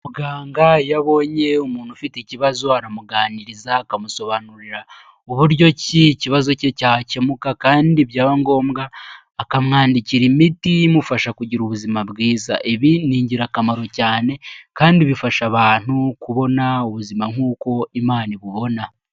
Muganga iyo abonye umuntu ufite ikibazo aramuganiriza, akamusobanurira uburyo ki ikibazo cye cyakemuka kandi byaba ngombwa akamwandikira imiti imufasha kugira ubuzima bwiza, ibi ni ingirakamaro cyane kandi bifasha abantu kubona ubuzima nk'uko Imana ibubona.